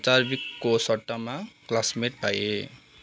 चार्भिकको सट्टामा क्लास्मेट पाएँ